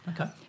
Okay